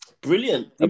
brilliant